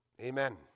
Amen